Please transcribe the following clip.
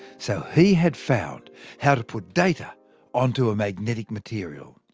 so, he had found how to put data onto a magnetic material.